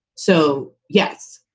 so, yes,